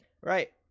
Right